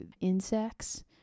insects